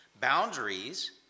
boundaries